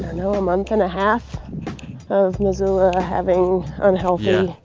know a month and a half of missoula having unhealthy.